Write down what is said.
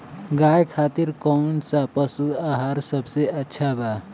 गाय खातिर कउन सा पशु आहार सबसे अच्छा बा?